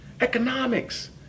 economics